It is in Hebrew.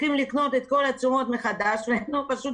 צריכים לקנות את כל התשומות מחדש ופשוט